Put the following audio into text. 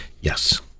Yes